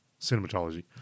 cinematology